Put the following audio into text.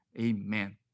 amen